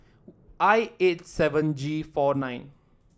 I eight seven G four nine